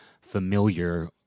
familiar